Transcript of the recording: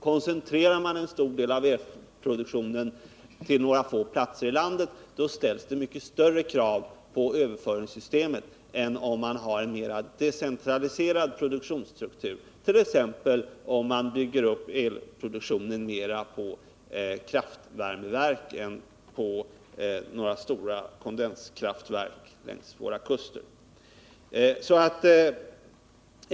Koncentrerar man en stor del av elproduktionen till några få platser i landet, då ställs det mycket större krav på överföringssystemet än om man har en mer decentraliserad produktionsstruktur, t.ex. om man bygger upp elproduktionen mer på kraftvärmeverk än på några stora kondenskraftverk längs våra kuster.